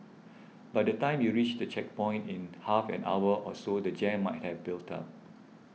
by the time you reach the checkpoint in half an hour or so the jam might have built up